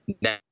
now